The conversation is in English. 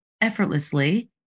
effortlessly